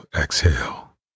exhale